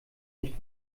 nicht